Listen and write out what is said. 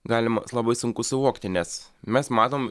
galima labai sunku suvokti nes mes matom